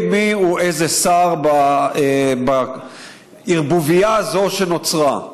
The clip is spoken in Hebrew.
מיהו איזה שר בערבוביה הזאת שנוצרה.